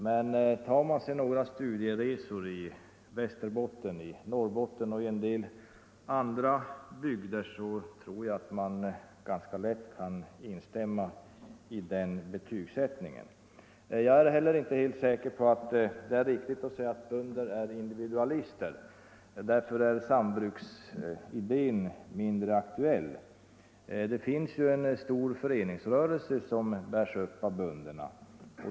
Men gör man några studieresor i Västerbotten, Norrbotten och en del andra bygder, kan man ganska lätt instämma i den betygsättningen. Jag är inte heller helt säker på att det är riktigt att påstå att bönder är individualister och att sambruksidén därför är mindre aktuell. Det finns en stor föreningsrörelse, som bärs upp av bönder.